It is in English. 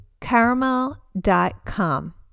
caramel.com